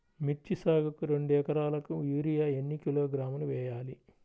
మిర్చి సాగుకు రెండు ఏకరాలకు యూరియా ఏన్ని కిలోగ్రాములు వేయాలి?